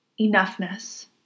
enoughness